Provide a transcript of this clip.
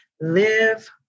live